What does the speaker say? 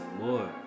more